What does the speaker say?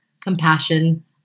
compassion